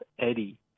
Eddie